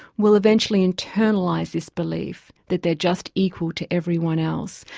will eventually internalise this belief that they're just equal to everyone else.